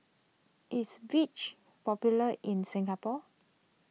is Vichy popular in Singapore